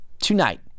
tonight